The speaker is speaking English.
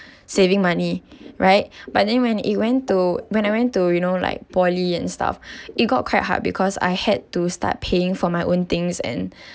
saving money right but then when it went to when I went to you know like poly and stuff it got quite hard because I had to start paying for my own things and